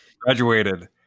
Graduated